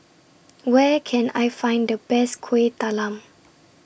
Where Can I Find The Best Kueh Talam